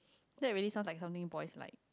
that's really sound like something boys like